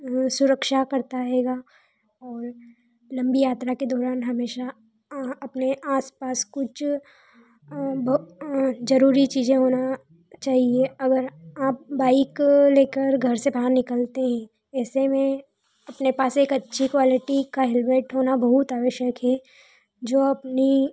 सुरक्षा करता हैगा और लंबी यात्रा के दौरान हमेशा अपने आसपास कुछ ज़रूरी चीज़ें होना चाहिए अगर आप बाइक लेकर घर से बाहर निकलते हैं ऐसे में अपने पास एक अच्छी क्वालिटी का हेलमेट होना बहुत आवश्यक है जो अपनी